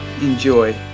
Enjoy